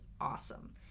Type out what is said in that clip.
awesome